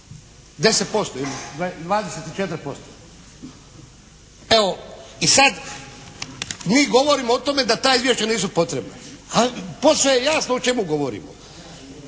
10% ili 24%. Evo, i sad mi govorimo o tome da ta izvješća nisu potrebna. A posve je jasno o čemu govorimo.